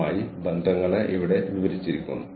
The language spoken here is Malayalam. നിങ്ങളെ ഒരു പ്രോഗ്രാമിലേക്ക് പ്രവേശിപ്പിക്കാം